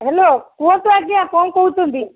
hello କୁହନ୍ତୁ ଆଜ୍ଞା କ'ଣ କହୁଛନ୍ତି